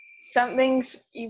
Something's